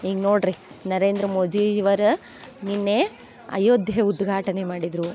ಈಗ ನೋಡಿರಿ ನರೇಂದ್ರ ಮೋದಿ ಇವರು ನಿನ್ನೆ ಅಯೋಧ್ಯೆ ಉದ್ಘಾಟನೆ ಮಾಡಿದರು